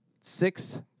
Six